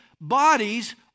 Bodies